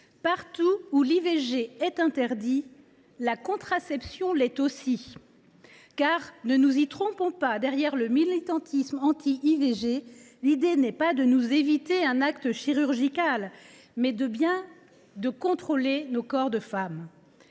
partout où l’IVG est interdite, la contraception l’est aussi. De fait, ne nous y trompons pas, derrière le militantisme anti IVG, l’idée n’est pas de nous éviter un acte chirurgical : il s’agit bien de contrôler nos corps de femmes.